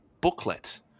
booklet